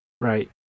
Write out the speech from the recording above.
Right